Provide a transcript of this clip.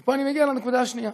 ופה אני מגיע לנקודה השנייה.